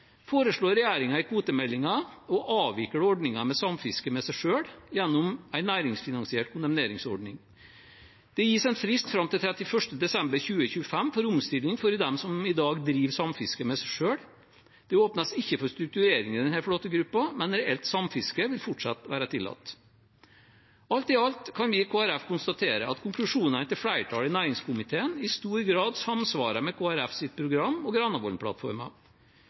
foreslår regjeringen i kvotemeldingen å avvikle ordningen med samfiske med seg selv gjennom en næringsfinansiert kondemneringsordning. Det gis en frist fram til 31. desember 2025 for omstilling for dem som i dag driver samfiske med seg selv. Det åpnes ikke for strukturering i denne flåtegruppen, men reelt samfiske vil fortsatt være tillatt. Alt i alt kan vi i Kristelig Folkeparti konstatere at konklusjonene til flertallet i næringskomiteen i stor grad samsvarer med Kristelig Folkepartis program og